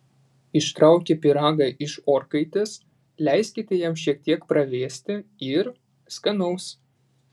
ištraukę pyragą iš orkaitės leiskite jam šiek tiek pravėsti ir skanaus